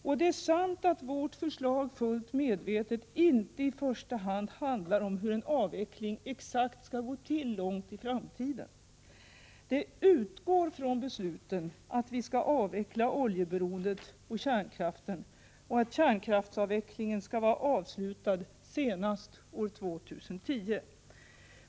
Och det är sant att vårt förslag, fullt medvetet, inte i första hand handlar om hur en avveckling exakt skall gå till långt i framtiden. Det utgår från besluten att vi skall avveckla oljeberoendet och kärnkraften och att kärnkraftsavvecklingen skall vara avslutad senast år 2010.